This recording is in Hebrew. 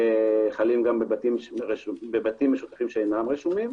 חלים גם בבתים משותפים שאינם רשומים,